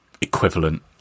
equivalent